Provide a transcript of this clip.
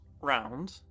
round